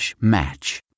match